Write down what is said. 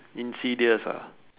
insidious ah